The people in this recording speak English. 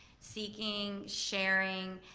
seeking, sharing,